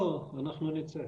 אנחנו נצא.